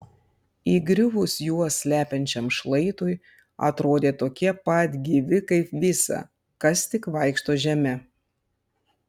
įgriuvus juos slepiančiam šlaitui atrodė tokie pat gyvi kaip visa kas tik vaikšto žeme